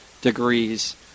degrees